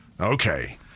Okay